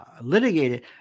litigated